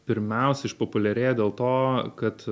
pirmiausia išpopuliarėjo dėl to kad